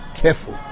careful,